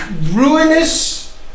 ruinous